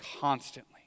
constantly